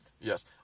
Yes